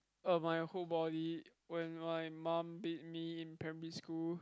uh my whole body when my mum beat me in primary school